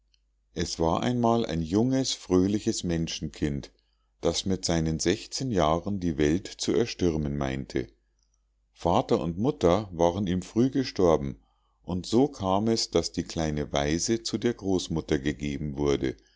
es war einmal ein junges fröhliches menschenkind das mit seinen sechzehn jahren die welt zu erstürmen meinte vater und mutter waren ihm früh gestorben und so kam es daß die kleine waise zu der großmutter gegeben wurde